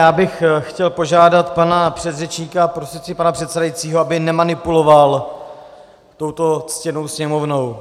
Já bych chtěl požádat pana předřečníka prostřednictvím pana předsedajícího, aby nemanipuloval touto ctěnou Sněmovnou!